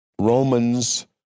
Romans